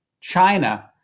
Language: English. China